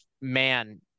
man